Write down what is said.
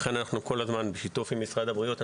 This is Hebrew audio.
לכן אנחנו כל הזמן בשיתוף עם משרד הבריאות,